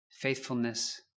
faithfulness